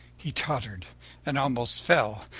he tottered and almost fell.